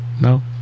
No